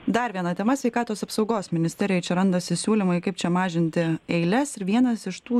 dar viena tema sveikatos apsaugos ministerijoj čia randasi siūlymai kaip čia mažinti eiles ir vienas iš tų